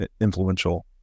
influential